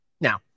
Now